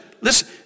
listen